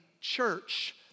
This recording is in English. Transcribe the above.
church